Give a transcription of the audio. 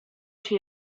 się